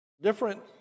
different